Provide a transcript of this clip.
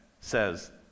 says